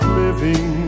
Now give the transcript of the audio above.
living